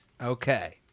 Okay